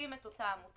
מוציאים את אותה עמותה,